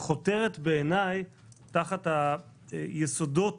חותרת בעיניי תחת היסודות